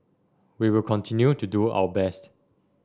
we will continue to do our best